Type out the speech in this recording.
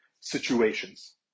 situations